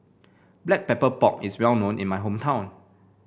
Black Pepper Pork is well known in my hometown